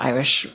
Irish